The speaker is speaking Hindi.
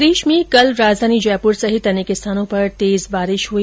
प्रदेश में कल राजधानी जयपुर सहित अनेक स्थानों पर तेज बारिश हुई